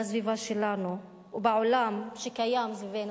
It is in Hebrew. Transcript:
בסביבה שלנו ובעולם שקיים סביבנו,